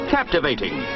Captivating